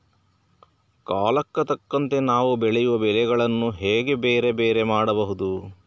ಕಾಲಕ್ಕೆ ತಕ್ಕಂತೆ ನಾವು ಬೆಳೆಯುವ ಬೆಳೆಗಳನ್ನು ಹೇಗೆ ಬೇರೆ ಬೇರೆ ಮಾಡಬಹುದು?